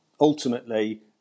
ultimately